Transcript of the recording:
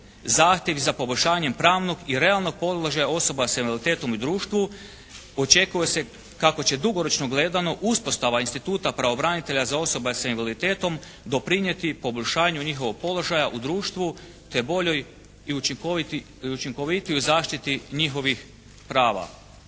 zahtjevi za poboljšanjem pravnog i realnog položaja osoba sa invaliditetom u društvu. Očekuje se kako će dugoročno gledano uspostava instituta pravobranitelja za osobe sa invaliditetom doprinijeti i poboljšanju njihovog položaja u društvu te boljoj i učinkovitijoj zaštiti njihovih prava.